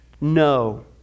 no